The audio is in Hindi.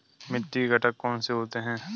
मिट्टी के घटक कौन से होते हैं?